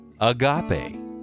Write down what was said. agape